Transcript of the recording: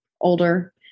older